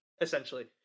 essentially